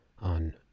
on